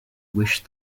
wish